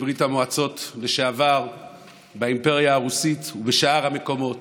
בברית המועצות לשעבר באימפריה הרוסית ובשאר המקומות,